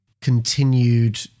continued